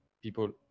people